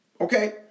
Okay